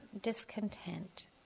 discontent